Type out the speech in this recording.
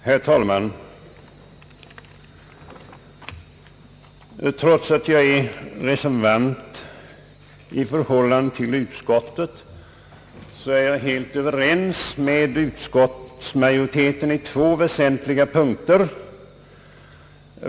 Herr talman! Trots att jag är reservant i förhållande till utskottet, är jag helt överens med utskottsmajoriteten på två väsentliga punkter.